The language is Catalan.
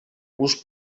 uns